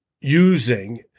using